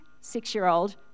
six-year-old